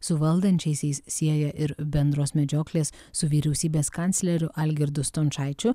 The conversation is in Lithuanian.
su valdančiaisiais sieja ir bendros medžioklės su vyriausybės kancleriu algirdu stončaičiu